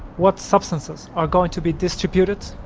what substances are going to be distributed?